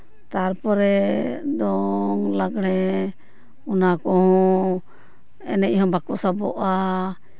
ᱛᱟᱨᱯᱚᱨᱮ ᱫᱚᱝ ᱞᱟᱜᱽᱲᱮ ᱚᱱᱟ ᱠᱚᱦᱚᱸ ᱮᱱᱮᱡ ᱦᱚᱸ ᱵᱟᱠᱚ ᱥᱟᱵᱚᱜᱼᱟ